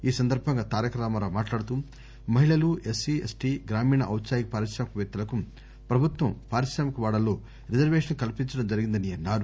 ఈ సందర్భంగా తారకరామారావు మాట్లాడుతూ మహిళలు ఎస్సీ ఎస్టీ గ్రామీణ ఔత్సాహిక పారిశ్రామిక వేత్తలకు ప్రభుత్వ పారిశ్రామిక వాడల్లో రిజర్వేషన్ కల్పించడం జరిగిందన్నారు